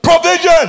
provision